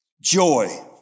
joy